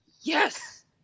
Yes